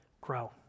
grow